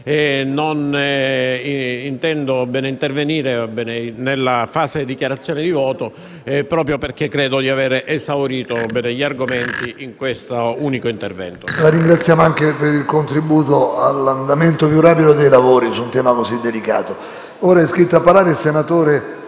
rinuncerò a intervenire in fase di dichiarazione di voto, perché credo di aver esaurito gli argomenti in questo unico intervento.